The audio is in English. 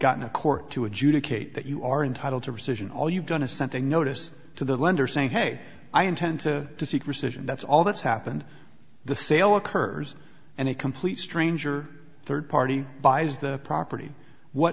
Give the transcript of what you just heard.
gotten a court to adjudicate that you are entitled to rescission all you've done to something notice to the lender saying hey i intend to seek rescission that's all that's happened the sale occurs and a complete stranger third party buys the property what